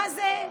מה זה,